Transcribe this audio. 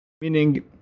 meaning